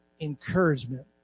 encouragement